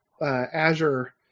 Azure –